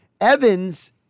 Evans